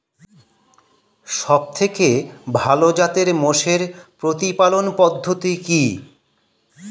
সবথেকে ভালো জাতের মোষের প্রতিপালন পদ্ধতি কি?